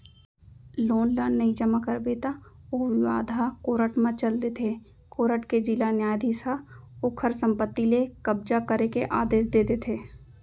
loan ल नइ जमा करबे त ओ बिबाद ह कोरट म चल देथे कोरट के जिला न्यायधीस ह ओखर संपत्ति ले कब्जा करे के आदेस दे देथे